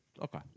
Okay